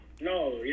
No